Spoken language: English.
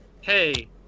Hey